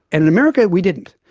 and in america we didn't.